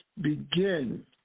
begin